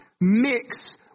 mix